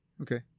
Okay